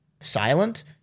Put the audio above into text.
silent